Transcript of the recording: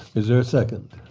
is there a second?